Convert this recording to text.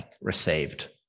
received